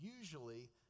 usually